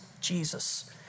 Jesus